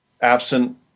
absent